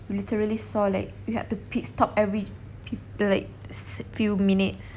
literally saw like we had to pit stop every pe~ like se~ few minutes